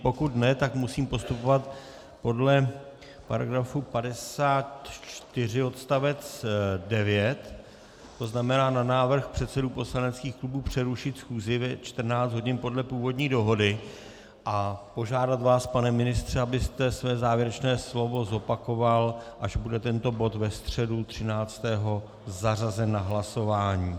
Pokud ne, tak musím postupovat podle § 54 odst. 9, to znamená na návrh předsedů poslaneckých klubů přerušit schůzi ve 14 hodin podle původní dohody a požádat vás, pane ministře, abyste své závěrečné slovo zopakoval, až bude tento bod ve středu 13. 7. zařazen na hlasování.